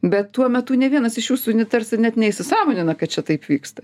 bet tuo metu nė vienas iš jūsų ne tarsi net neįsisąmonina kad čia taip vyksta